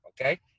Okay